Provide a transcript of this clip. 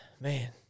man